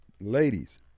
Ladies